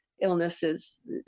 illnesses